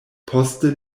poste